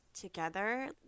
together